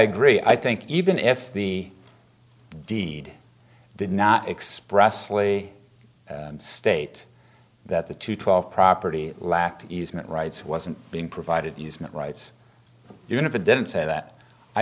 agree i think even if the deede did not express lee state that the two twelve property lacked easement rights wasn't being provided easement rights even if it didn't say that i